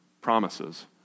promises